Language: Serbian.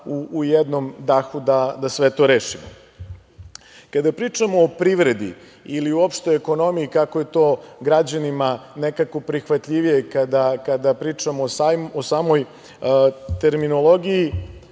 u jednom dahu da sve to rešimo. Kada pričamo o privredi ili uopšte ekonomiji kako je to građanima nekako prihvatljivije kada pričamo o samoj terminologiji,